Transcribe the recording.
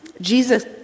Jesus